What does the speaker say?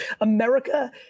america